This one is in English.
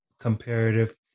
Comparative